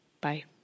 Bye